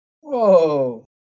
Whoa